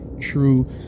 True